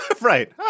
Right